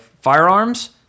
Firearms